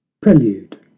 Prelude